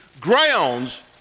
grounds